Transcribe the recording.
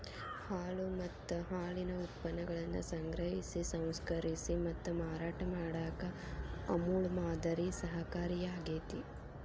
ಹಾಲು ಮತ್ತ ಹಾಲಿನ ಉತ್ಪನ್ನಗಳನ್ನ ಸಂಗ್ರಹಿಸಿ, ಸಂಸ್ಕರಿಸಿ ಮತ್ತ ಮಾರಾಟ ಮಾಡಾಕ ಅಮೂಲ್ ಮಾದರಿ ಸಹಕಾರಿಯಾಗ್ಯತಿ